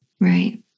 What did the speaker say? Right